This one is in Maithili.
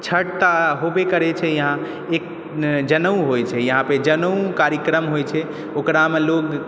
छठ तऽ होबे करै छै यहाँ एक जनउ होइ छै यहाँपर जनउ कार्यक्रम होइ छै ओकरामे लोक